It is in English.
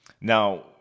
Now